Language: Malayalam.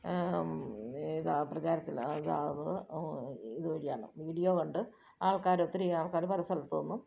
ഇതാ പ്രചാരത്തിൽ ഇതാകുന്നു ഇതു വഴിയാണ് വീഡിയോ കണ്ട് ആൾക്കാരൊത്തിരി ആൾക്കാർ പല സ്ഥലത്തു നിന്നും